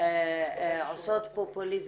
עושות פופוליזם,